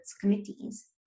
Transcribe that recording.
committees